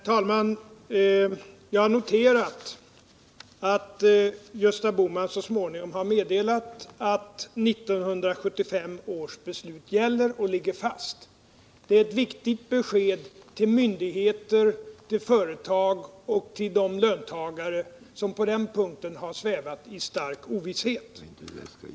Herr talman! Jag har noterat att Gösta Bohman så småningom har meddelat att 1975 års beslut gäller och ligger fast. Det är ett viktigt besked till myndigheter, till företag och till de löntagare som på den punkten har svävat i stark ovisshet.